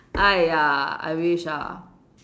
!aiya! I wish ah